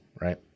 right